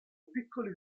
piccoli